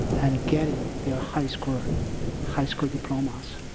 and getting their high school high school diplomas.